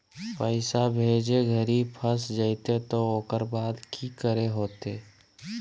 पैसा भेजे घरी फस जयते तो ओकर बाद की करे होते?